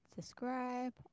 subscribe